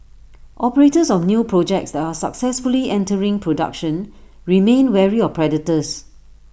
operators of new projects that are successfully entering production remain wary of predators